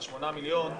ה-8 מיליון,